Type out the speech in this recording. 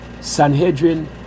Sanhedrin